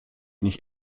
nicht